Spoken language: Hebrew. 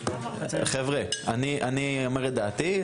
חבר'ה, אני אומר את דעתי.